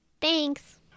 Thanks